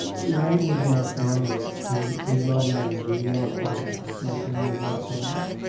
and language in our family we we loved language. we loved to laugh. my family loved to laugh.